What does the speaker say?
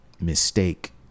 mistake